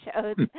shows